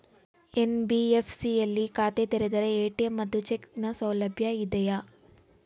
NBFC ಯಲ್ಲಿ ಖಾತೆ ತೆರೆದರೆ ಎ.ಟಿ.ಎಂ ಮತ್ತು ಚೆಕ್ ನ ಸೌಲಭ್ಯ ಇದೆಯಾ?